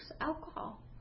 alcohol